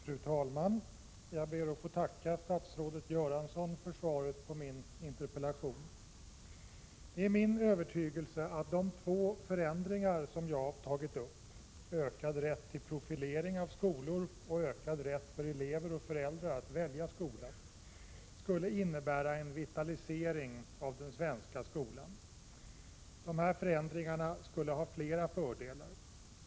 Fru talman! Jag ber att få tacka statsrådet Göransson för svaret på min interpellation. Det är min övertygelse att de båda förändringar som jag har tagit upp — ökad rätt till profilering av skolor och ökad rätt för elever och föräldrar att välja skola — skulle innebära en vitalisering av den svenska skolan. De förändringarna skulle ha flera fördelar.